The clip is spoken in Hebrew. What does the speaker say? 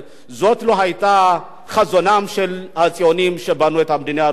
זה לא היה חזונם של הציונים שבנו את המדינה,